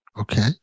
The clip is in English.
Okay